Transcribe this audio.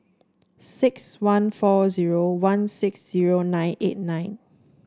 six one four zero one six zero nine eight nine